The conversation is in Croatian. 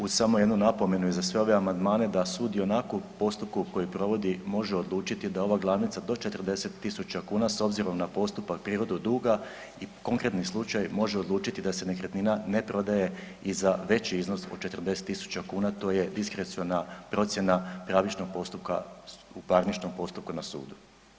Uz samo jednu napomenu i za sve ove amandmane da sud ionako u postupku koji provodi, može odlučiti da ova glavnica do 40 tisuća kuna s obzirom na postupak i prirodu duga, konkretni slučaj može odlučit da se nekretnina ne prodaje i za veći iznos od 40 tisuća kuna, to je diskreciona procjena pravičnog postupka u parničnom postupku na sudu.